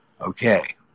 Okay